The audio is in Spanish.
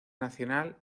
nacional